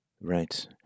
Right